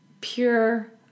pure